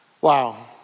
Wow